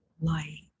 light